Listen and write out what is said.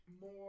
more